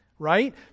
Right